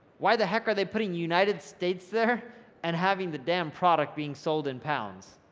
why the heck are they putting united states there and having the damn product being sold in pounds.